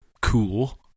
cool